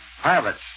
Pilots